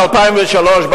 ב-2003,